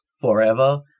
forever